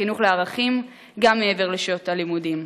החינוך לערכים גם מעבר לשעות הלימודים.